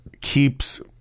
keeps